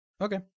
Okay